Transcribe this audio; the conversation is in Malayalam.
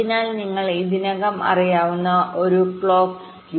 അതിനാൽ നിങ്ങൾക്ക് ഇതിനകം അറിയാവുന്ന ക്ലോക്ക് സ്കൂ ക്ലോക്ക് skew